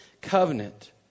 covenant